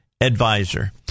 advisor